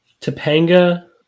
Topanga